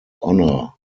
honor